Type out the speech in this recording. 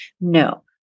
No